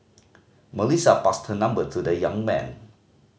Melissa passed her number to the young man